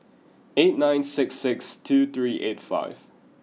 eight nine six six two three eight five